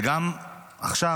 וגם עכשיו,